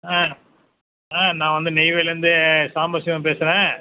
ஆ ஆ நான் வந்து நெய்வேலிலேருந்து சாம்பசிவம் பேசுறேன்